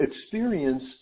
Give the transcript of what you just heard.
experience